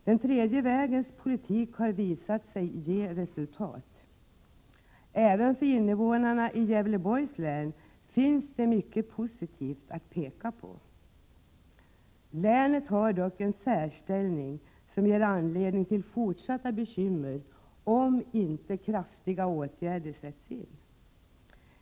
Den tredje vägens politik har visat sig ge resultat. Även för invånarna i Gävleborgs län finns det mycket positivt att peka på. Länet har dock en särställning, som ger anledning till fortsatta bekymmer om inte kraftiga åtgärder sätts in.